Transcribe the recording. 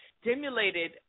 stimulated